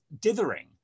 dithering